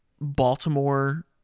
Baltimore